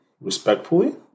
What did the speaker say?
respectfully